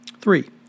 Three